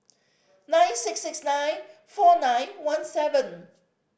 nine six six nine four nine one seven